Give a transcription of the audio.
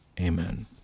Amen